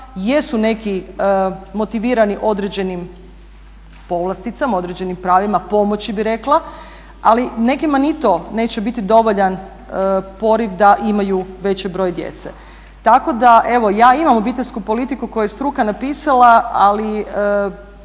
jesu neki motivirani određenim povlasticama, određenim pravima pomoći bih rekla ali nekima ni to neće biti dovoljan poriv da imaju veći broj djece. Tako da, evo ja imam obiteljsku politiku koju je struka napisala ali